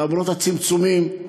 למרות הצמצומים,